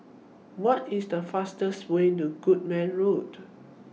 What IS The fastest Way to Goodman Road